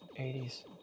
80s